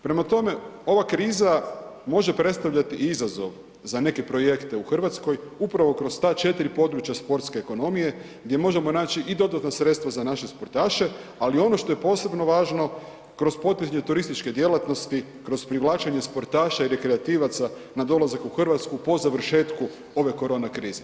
Prema tome, ova kriza može predstavljati i izazov za neke projekte u Hrvatskoj upravo kroz ta 4 područja sportske ekonomije gdje možemo naći i dodatna sredstva za naše sportaše, ali ono što je posebno važno kroz … turističke djelatnosti, kroz privlačenje sportaša i rekreativaca na dolazak u Hrvatsku po završetku ove korona krize.